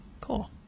cool